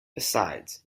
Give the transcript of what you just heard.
besides